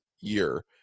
year